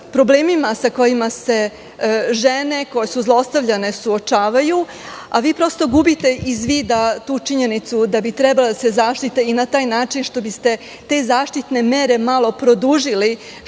sa kojima se žene koje su zlostavljane suočavaju. Prosto gubite iz vida činjenicu da treba da se zaštite i na taj način što biste te zaštitne mere malo produžili, što